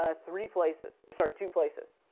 ah three places, sorry two places.